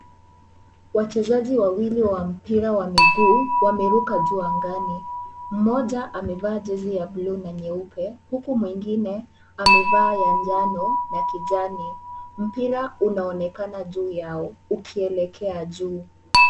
Wachezaji wawili wa mpira wa miguu wameruka juu angani. Mmoja amevaa jezi ya buluu na nyeupe, huku mwingine amevaa ya njano na kijani. Mpira unaonekana juu yao ukielekea juu.